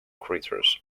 creators